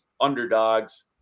underdogs